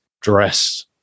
dress